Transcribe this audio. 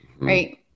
right